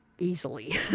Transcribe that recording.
Easily